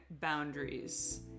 boundaries